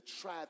try